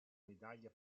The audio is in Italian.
medaglia